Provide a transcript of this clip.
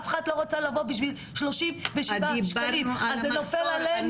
אף אחת לא רוצה לבוא בשביל שלושים ושבעה שקלים אז זה נופל עלינו.